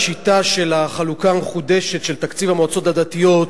השיטה של החלוקה המחודשת של תקציב המועצות הדתיות,